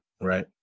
Right